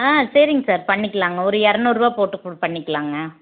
ஆ சரிங்க சார் பண்ணிக்கலாம்ங்க ஒரு இரநூறுரூவா போட்டு கு பண்ணிக்கலாம்ங்க